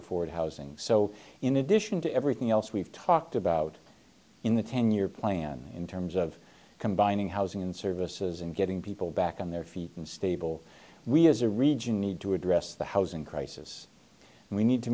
afford housing so in addition to everything else we've talked about in the ten year plan in terms of combining housing and services and getting people back on their feet and stable we as a region need to address the housing crisis and we need to